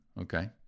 okay